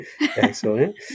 excellent